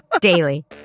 daily